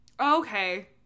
okay